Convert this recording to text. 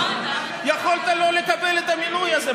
יכולת לא לקבל את המינוי הזה.